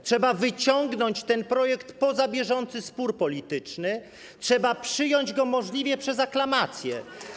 Trzeba wyciągnąć ten projekt poza bieżący spór polityczny, trzeba przyjąć go możliwie przez aklamację.